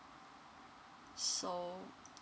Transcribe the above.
so